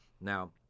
Now